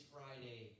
Friday